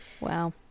wow